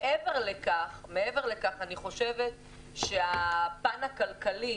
מעבר לכך, אני חושבת שהפן הכלכלי,